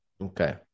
Okay